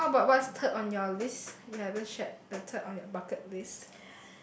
um how about what's third on your list you haven't shared the third on your bucket list